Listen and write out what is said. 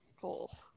Cool